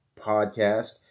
podcast